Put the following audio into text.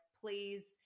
please